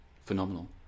phenomenal